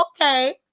okay